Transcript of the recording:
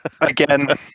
again